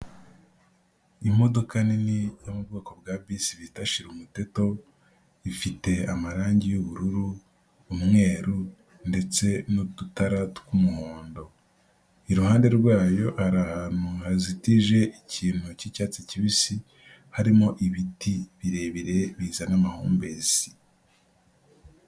Imodoka nini yo mu bwoko bwa bisi bita shirumuteto, ifite amarangi y'ubururu, umweru ndetse n'udutara tw'umuhondo, iruhande rwayo hari ahantu hazitije ikintu cy'icyatsi kibisi, harimo ibiti birebire bizana amahumbezi.